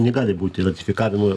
negali būti ratifikavimo